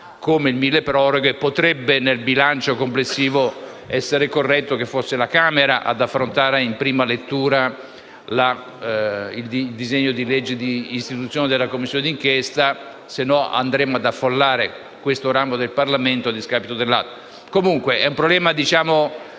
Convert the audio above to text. e il milleproroghe, nel bilancio complessivo potrebbe essere corretto che sia la Camera ad affrontare in prima lettura il disegno di legge di istituzione della Commissione d'inchiesta, altrimenti andremmo ad affollare questo ramo del Parlamento a discapito dell'altro. Comunque è un problema di